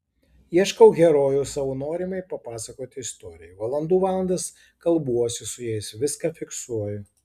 ieškau herojų savo norimai papasakoti istorijai valandų valandas kalbuosi su jais viską fiksuoju